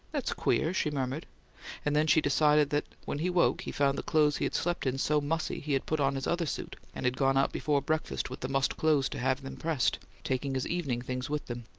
that's queer, she murmured and then she decided that when he woke he found the clothes he had slept in so mussy he had put on his other suit, and had gone out before breakfast with the mussed clothes to have them pressed, taking his evening things with them.